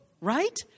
right